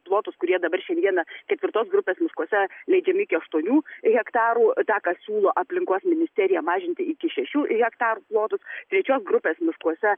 plotus kurie dabar šiandieną ketvirtos grupės miškuose leidžiami iki aštuonių hektarų tą ką siūlo aplinkos ministerija mažinti iki šešių hektarų plotus trečios grupės miškuose